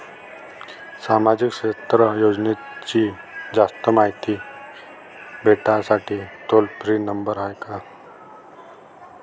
सामाजिक क्षेत्र योजनेची जास्त मायती भेटासाठी टोल फ्री नंबर हाय का?